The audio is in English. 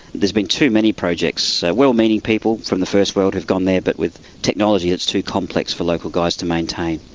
has been too many projects, well meaning people from the first world who've gone there but with technology that's too complex for local guys to maintain,